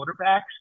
quarterbacks